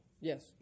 Yes